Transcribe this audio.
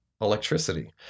electricity